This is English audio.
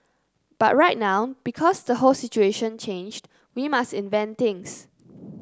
but right now because the whole situation changed we must invent things